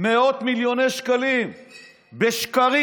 מאות מיליוני שקלים בשקרים,